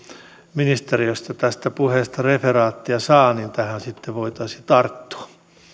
ministeriöstä tästä puheesta referaattia saa niin tähän sitten voitaisiin tarttua